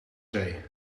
zee